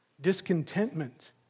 discontentment